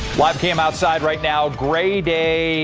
live cam outside right now gray day.